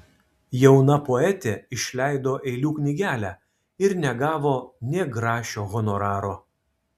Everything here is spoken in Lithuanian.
jauna poetė išleido eilių knygelę ir negavo nė grašio honoraro